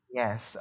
yes